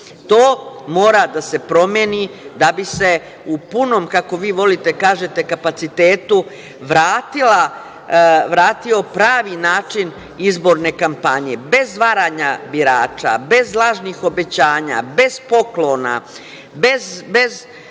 mora da se promeni da bi se u punom, kako vi volite da kažete, kapacitetu vratio pravi način izborne kampanje bez varanja birača, bez lažnih obećanja, bez poklona, bez